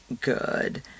good